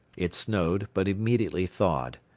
it snowed but immediately thawed.